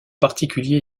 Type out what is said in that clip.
particulier